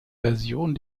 version